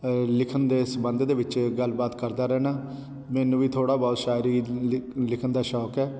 ਲਿਖਣ ਦੇ ਸੰਬੰਧ ਦੇ ਵਿੱਚ ਗੱਲ ਬਾਤ ਕਰਦਾ ਰਹਿੰਦਾ ਮੈਨੂੰ ਵੀ ਥੋੜ੍ਹਾ ਬਹੁਤ ਸ਼ਾਇਰੀ ਲਿ ਲਿਖਣ ਦਾ ਸ਼ੌਕ ਹੈ